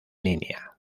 línea